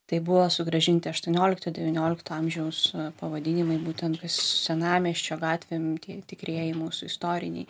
tai buvo sugrąžinti aštuoniolikto devyniolikto amžiaus pavadinimai būtent senamiesčio gatvėm tie tikrieji mūsų istoriniai